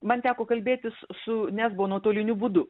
man teko kalbėtis su nesbo nuotoliniu būdu